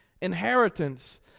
Inheritance